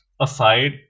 aside